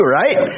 right